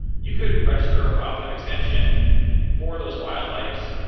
you could register a file type extension for those file types,